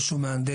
או שהוא מהנדס,